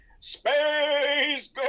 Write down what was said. Space